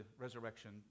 resurrection